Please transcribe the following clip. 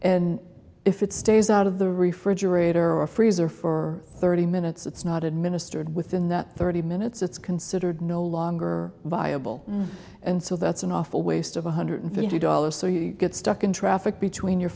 and if it stays out of the refrigerator or freezer for thirty minutes it's not administered within that thirty minutes it's considered no longer viable and so that's an awful waste of one hundred fifty dollars so you get stuck in traffic between your